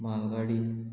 मालगाडी